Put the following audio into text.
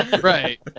Right